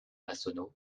massonneau